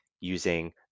using